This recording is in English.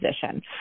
position